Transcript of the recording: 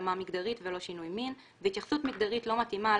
התאמה מגדרית ולא שינוי מין והתייחסות מגדרית לא מתאימה על